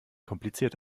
kompliziert